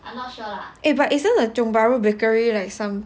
eh but isn't ah Tiong Bahru Bakery like some